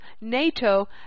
NATO